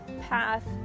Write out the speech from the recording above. path